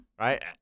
right